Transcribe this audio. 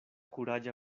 kuraĝa